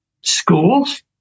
schools